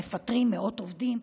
מפטרים מאות עובדים.